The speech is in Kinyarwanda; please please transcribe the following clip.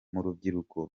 rubyiruko